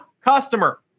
customer